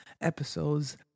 episodes